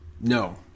No